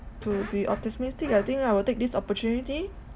to be optimistic I think I will take this opportunity